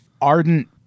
ardent